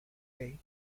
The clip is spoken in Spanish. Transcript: gay